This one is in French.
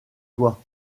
toi